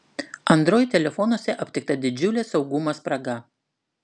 android telefonuose aptikta didžiulė saugumo spraga